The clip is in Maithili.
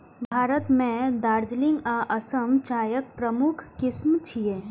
भारत मे दार्जिलिंग आ असम चायक प्रमुख किस्म छियै